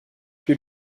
più